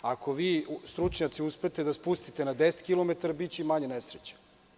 Ako vi stručnjaci uspete da spustite na 10 km, biće i manje nesreća.